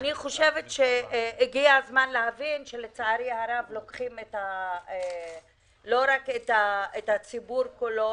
אני חושבת שהגיע הזמן להבין שלצערי הרב לוקחים לא רק את הציבור כולו,